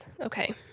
Okay